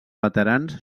veterans